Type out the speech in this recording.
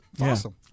Awesome